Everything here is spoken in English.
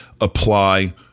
apply